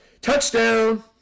touchdown